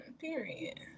Period